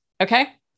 Okay